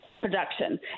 production